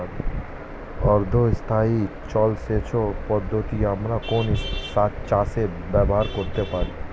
অর্ধ স্থায়ী জলসেচ পদ্ধতি আমরা কোন চাষে ব্যবহার করতে পারি?